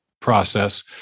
process